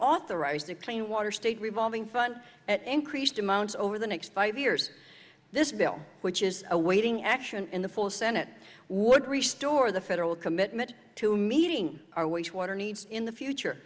reauthorize the clean water state revolving fund at increased amount over the next five years this bill which is awaiting action in the full senate would reach store the federal commitment to meeting our wastewater needs in the future